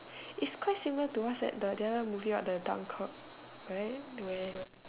it's quite similar to what's that the the other movie what the dumb clock right where